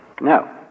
No